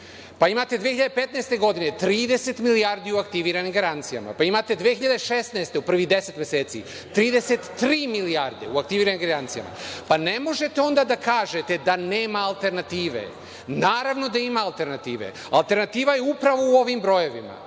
pa imate 2015. godine 30 milijardi u aktiviranim garancijama, pa imate 2016. godine, u prvih 10 meseci, 33 milijarde u aktiviranim garancijama. Ne možete onda da kažete da nema alternative. Naravno da ima alternative. Alternativa je upravo u ovim brojevima.